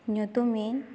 ᱧᱩᱛᱩᱢᱤᱧ